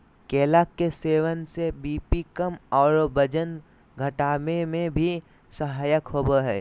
केला के सेवन से बी.पी कम आरो वजन घटावे में भी सहायक होबा हइ